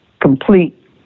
complete